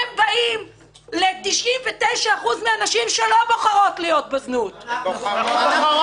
הם באים ל-99% מהנשים שלא בוחרות להיות בזנות ----- בוחרות.